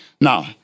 Now